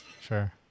sure